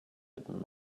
had